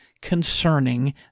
concerning